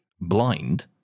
blind